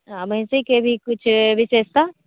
महिषीके भी किछु विशेषता